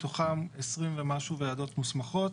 מתוכן 20 ומשהו ועדות מוסמכות.